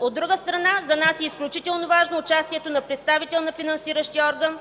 От друга страна, за нас е изключително важно участието на представител на финансиращия орган,